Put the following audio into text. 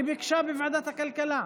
היא ביקשה בוועדת הכלכלה.